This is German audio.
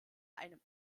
einem